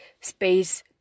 space